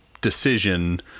decision